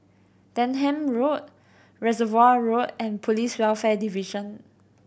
Denham Road Reservoir Road and Police Welfare Division